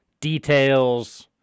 details